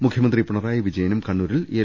മുഖ്യ മന്ത്രി പിണറായി വിജയനും കണ്ണൂരിൽ എൽ